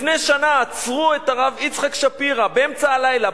לפני שנה עצרו את הרב יצחק שפירא באמצע הלילה,,